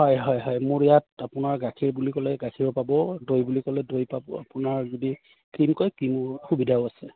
হয় হয় হয় মোৰ ইয়াত আপোনাৰ গাখীৰ বুলি ক'লে গাখীৰ পাব দৈ বুলি ক'লে দৈ পাব আপোনাৰ যদি ক্ৰীম কয় ক্ৰীমৰ সুবিধাও আছে